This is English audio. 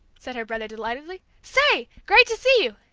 said her brother, delightedly. say, great to see you!